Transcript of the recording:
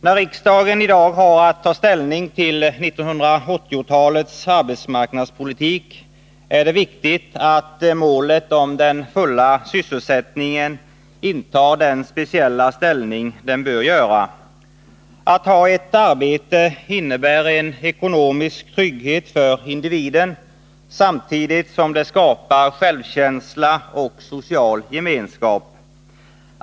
När riksdagen i dag har att ta ställning till 1980-talets arbetsmarknadspolitik är det viktigt att målet, den fulla sysselsättningen, intar den speciella ställning som den bör göra. Att ha ett arbete innebär en ekonomisk trygghet för individen samtidigt som det skapar självkänsla och social gemenskap.